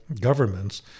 governments